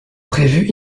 prévu